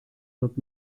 wird